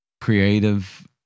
creative